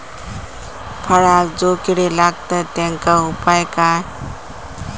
फळांका जो किडे लागतत तेनका उपाय काय?